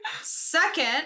Second-